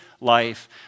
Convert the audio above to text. life